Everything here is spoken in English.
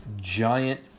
giant